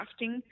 crafting